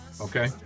okay